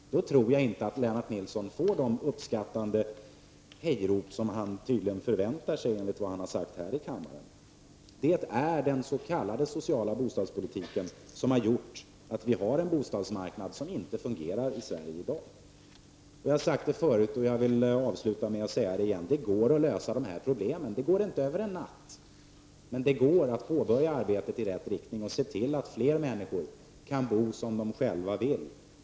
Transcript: I så fall tror jag inte att Lennart Nilsson får de uppskattande hejarop han tydligen förväntar sig, enligt vad han har sagt här i kammaren. Det är den s.k. sociala bostadspolitiken som har gjort att bostadsmarknaden inte fungerar i Jag har sagt det tidigare och jag vill avsluta med att säga det igen: Det går att lösa dessa problem. Det går inte över en natt, men det går att påbörja arbetet i rätt riktning och se till att fler människor kan bo som de själva vill.